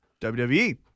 WWE